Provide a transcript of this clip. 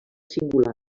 singular